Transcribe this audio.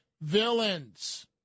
villains